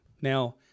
Now